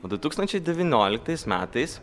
o du tūkstančiai devynioliktais metais